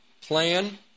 plan